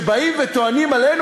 שבאים וטוענים עלינו,